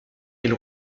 elle